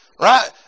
right